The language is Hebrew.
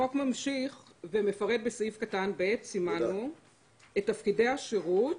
החוק ממשיך ומפרט בסעיף קטן (ב) את תפקידי השירות